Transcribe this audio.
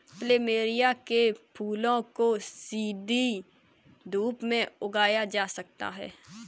plumeria के फूलों को सीधी धूप में उगाया जा सकता है